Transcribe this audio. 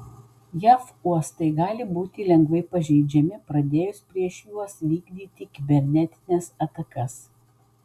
jav uostai gali būti lengvai pažeidžiami pradėjus prieš juos vykdyti kibernetines atakas